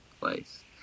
place